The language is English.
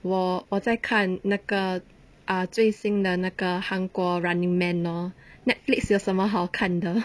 我我在看那个 ah 最新的那个韩国 running man lor netflix 有什么好看的